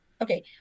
Okay